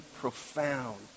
profound